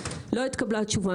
לא התקבלה תשובה.